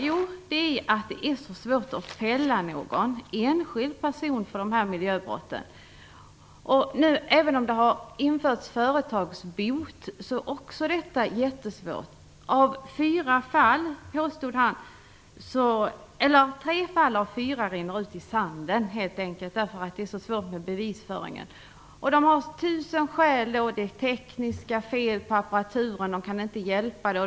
Jo, det är att det är så svårt att fälla någon enskild person för dessa miljöbrott. Även om det har införts företagsbot är det mycket svårt. Tre fall av fyra rinner helt enkelt ut i sanden därför att det är så svårt med bevisföringen. Företagen har tusen skäl. Det är tekniska fel på apparaturen, och de kan inte hjälpa det.